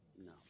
No